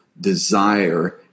desire